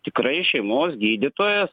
tikrai šeimos gydytojo